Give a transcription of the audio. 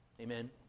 Amen